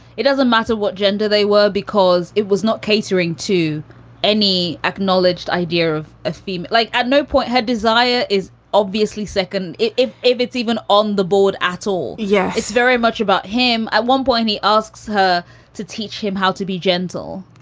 it doesn't matter what gender they were because it was not catering to any acknowledged idea of a female like. at no point had desire is obviously second if if it's even on the board at all yes, yeah it's very much about him. at one point he asks her to teach him how to be gentle,